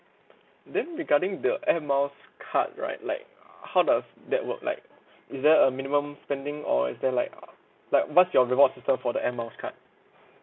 then regarding the air miles card right like how does that work like is there a minimum spending or is there like like what's your rewards system for the air miles card